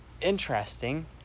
Interesting